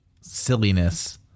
silliness